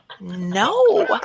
no